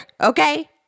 Okay